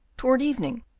toward evening,